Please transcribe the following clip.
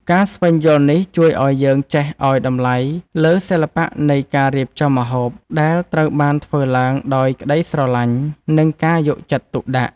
ការស្វែងយល់នេះជួយឱ្យយើងចេះឱ្យតម្លៃលើសិល្បៈនៃការរៀបចំម្ហូប ដែលត្រូវបានធ្វើឡើងដោយក្តីស្រឡាញ់ និងការយកចិត្តទុកដាក់។